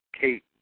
Kate